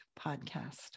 podcast